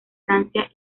francia